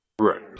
Right